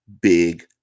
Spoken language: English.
Big